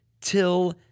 till